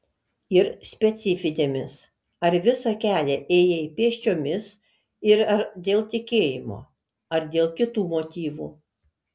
ir specifinėmis ar visą kelią ėjai pėsčiomis ir ar dėl tikėjimo ar dėl kitų motyvų